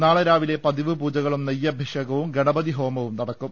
നാളെ രാവി ലെ പതിവ് പൂജകളും നെയ്യഭിഷേകവും ഗണപതിഹോമവും നടക്കും